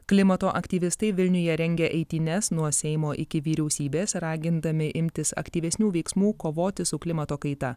klimato aktyvistai vilniuje rengia eitynes nuo seimo iki vyriausybės ragindami imtis aktyvesnių veiksmų kovoti su klimato kaita